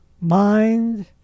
mind